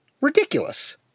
ridiculous